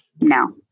no